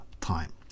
time